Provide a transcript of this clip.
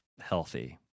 healthy